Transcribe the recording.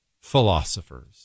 philosophers